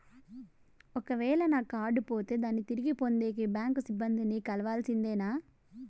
ఒక వేల నా కార్డు పోతే దాన్ని తిరిగి పొందేకి, బ్యాంకు సిబ్బంది ని కలవాల్సిందేనా?